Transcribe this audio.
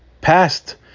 past